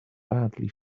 badly